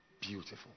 beautiful